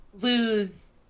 lose